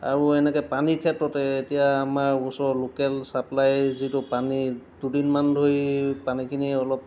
আৰু এনেকৈ পানীৰ ক্ষেত্ৰতে এতিয়া আমাৰ ওচৰৰ লোকেল ছাপ্লাই যিটো পানী দুদিনমান ধৰি পানীখিনি অলপ